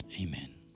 Amen